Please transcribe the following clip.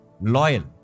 Loyal